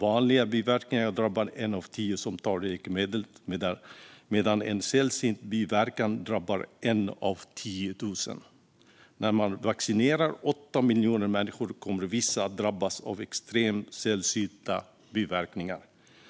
Vanliga biverkningar drabbar en av tio som tar läkemedel, medan en sällsynt biverkan drabbar en av tiotusen. När man vaccinerar 8 miljoner människor kommer vissa att drabbas av extremt sällsynta biverkningar